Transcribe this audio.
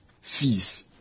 fees